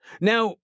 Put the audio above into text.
Now